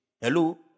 Hello